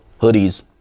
hoodies